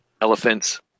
elephants